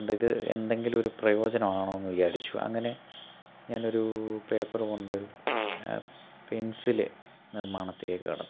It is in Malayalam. ഇത് എന്തെങ്കിലുമൊരു പ്രയോജനമാകണമെന്ന് വിചാരിച്ചു അങ്ങനെ ഞാനൊരു പേപ്പറ് കൊണ്ടൊരു പെൻസില് നിർമ്മാണത്തിലേക്ക് കടന്നു